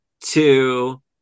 two